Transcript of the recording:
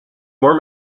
more